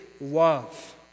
love